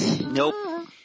Nope